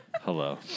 Hello